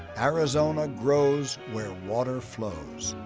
arizona grows where water flows.